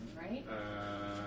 right